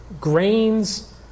grains